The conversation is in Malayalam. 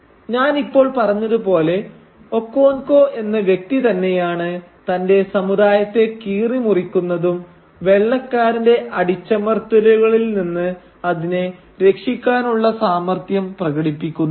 ഞാനിപ്പോൾ പറഞ്ഞതുപോലെ ഒക്കോൻകോ എന്ന വ്യക്തി തന്നെയാണ് തന്റെ സമുദായത്തെ കീറി മുറിക്കുന്നതും വെള്ളക്കാരന്റെ അടിച്ചമർത്തലുകളിൽ നിന്ന് അതിനെ രക്ഷിക്കാനുള്ള സാമർത്ഥ്യം പ്രകടിപ്പിക്കുന്നതും